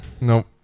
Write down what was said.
Nope